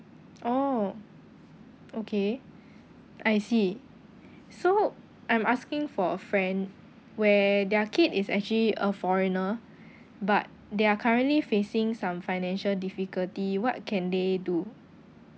oh okay I see so I'm asking for a friend where their kid is actually a foreigner but they're currently facing some financial difficulty what can they do